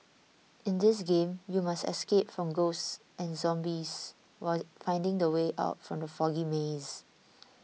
in this game you must escape from ghosts and zombies while finding the way out from the foggy maze